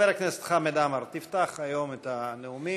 חבר הכנסת חמד עמאר, תפתח היום את הנאומים.